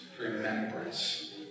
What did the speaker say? remembrance